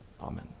Amen